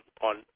on